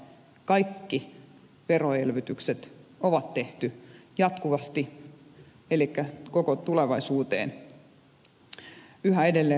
kaikki veroelvytykset on tehty jatkuvasti elikkä koko tulevaisuuteen yhä edelleen rasitusta luoviksi